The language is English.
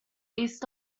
east